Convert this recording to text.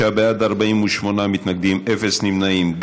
36 בעד, 48 מתנגדים, אין נמנעים.